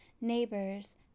Neighbors